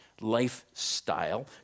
lifestyle